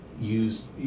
use